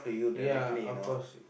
ya of course